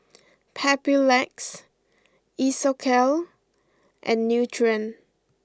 Papulex Isocal and Nutren